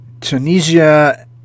Tunisia